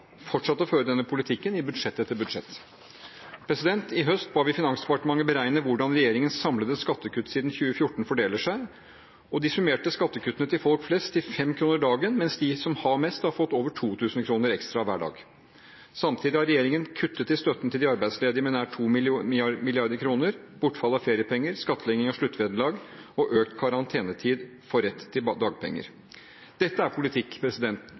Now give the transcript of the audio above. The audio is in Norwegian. fortsatt å føre denne politikken i budsjett etter budsjett. I høst ba vi Finansdepartementet beregne hvordan regjeringens samlede skattekutt siden 2014 fordeler seg, og de summerte skattekuttene til folk flest til 5 kr dagen, mens de som har mest, har fått over 2 000 kr ekstra hver dag. Samtidig har regjeringen kuttet i støtten til de arbeidsledige med nær 2 mrd. kr, bortfall av feriepenger, skattlegging av sluttvederlag og økt karantenetid for rett til dagpenger. Dette er politikk,